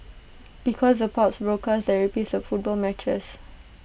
because the pubs broadcast the repeats of football matches